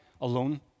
alone